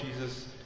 Jesus